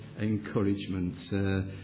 encouragement